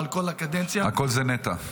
ועל כל הקדנציה -- הכול זה נטע.